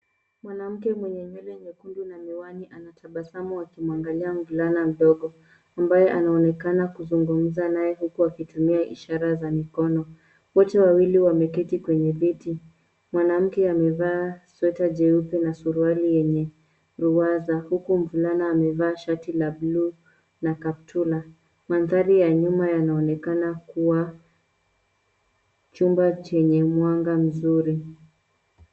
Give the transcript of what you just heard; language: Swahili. Mwanamke mwenye nywele nyekundu na miwani anatabasamu akimwangalia mvulana mdogo ambaye anaonekana kuzungumza naye huku akitumia ishara za mikono. Wote wawili wameketi kwenye viti. Mwanamke amevaa sweta jeupe na suruali yenye ruwaza huku mvulana amevaa shati la buluu na kaptura. Mandhari ya nyuma yanaonekana kuwa chumba chenye mwanga mzuri.